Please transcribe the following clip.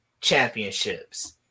championships